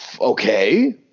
okay